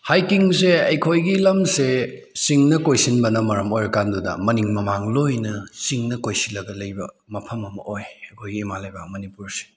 ꯍꯥꯏꯛꯀꯤꯡꯁꯦ ꯑꯩꯈꯣꯏꯒꯤ ꯂꯝꯁꯦ ꯆꯤꯡꯅ ꯀꯣꯏꯁꯤꯟꯕꯅ ꯃꯔꯝ ꯑꯣꯏꯔ ꯀꯥꯟꯗꯨꯗ ꯃꯅꯤꯡ ꯃꯃꯥꯡ ꯂꯣꯏꯅ ꯆꯤꯡꯅ ꯀꯣꯏꯁꯤꯜꯂꯒ ꯂꯩꯕ ꯃꯐꯝ ꯑꯃ ꯑꯣꯏ ꯑꯩꯈꯣꯏꯒꯤ ꯏꯃꯥ ꯂꯩꯕꯥꯛ ꯃꯅꯤꯄꯨꯔꯁꯦ